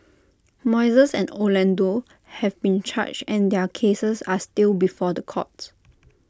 Moises and Orlando have been charged and their cases are still before the courts